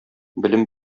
белем